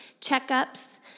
checkups